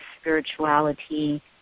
spirituality